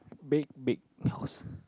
big big house